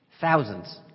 thousands